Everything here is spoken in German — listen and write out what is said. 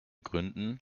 gründen